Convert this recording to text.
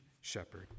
shepherd